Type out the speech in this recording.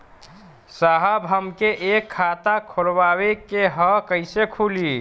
साहब हमके एक खाता खोलवावे के ह कईसे खुली?